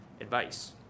advice